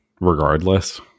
regardless